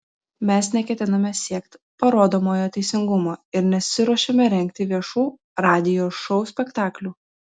mes neketiname siekti parodomojo teisingumo ir nesiruošiame rengti viešų radijo šou spektaklių